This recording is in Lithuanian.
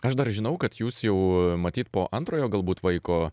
aš dar žinau kad jūs jau matyt po antrojo galbūt vaiko